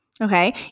Okay